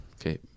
okay